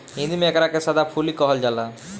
हिंदी में एकरा के सदाफुली कहल जाला